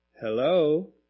hello